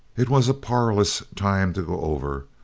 it was a parlous time to go over.